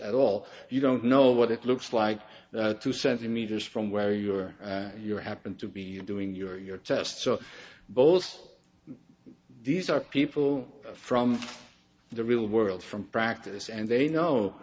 at all you don't know what it looks like two centimeters from where you are you happen to be doing your test so both these are people from the real world from practice and they know